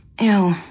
Ew